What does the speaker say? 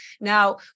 Now